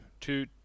two